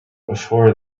before